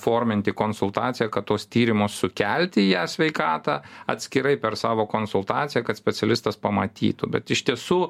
forminti konsultaciją kad tuos tyrimus sukelti į e sveikatą atskirai per savo konsultaciją kad specialistas pamatytų bet iš tiesų